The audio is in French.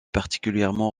particulièrement